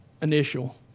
initial